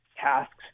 tasks